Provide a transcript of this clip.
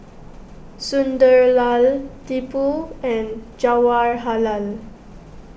Sunderlal Tipu and Jawaharlal